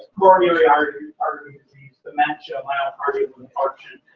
coronary artery artery disease, dementia, myocardial infarction,